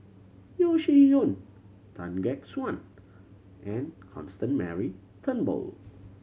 Yeo Shih Yun Tan Gek Suan and Constant Mary Turnbull